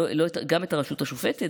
גם את הרשות השופטת,